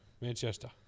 Manchester